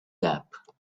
gap